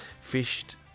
fished